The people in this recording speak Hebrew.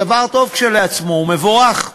דבר טוב כשלעצמו ומבורך.